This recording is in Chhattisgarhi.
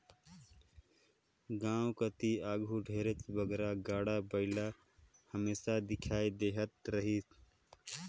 गाँव कती आघु ढेरे बगरा गाड़ा बइला हमेसा दिखई देहत रहिन